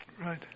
right